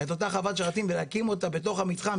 את אותה חוות שרתים ולהקים אותה בתוך המתחם,